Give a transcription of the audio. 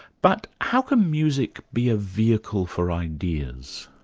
but how can music be a vehicle for ideas?